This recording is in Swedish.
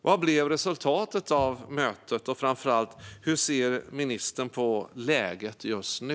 Vad blev resultatet av mötet? Och framför allt: Hur ser ministern på läget just nu?